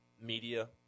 media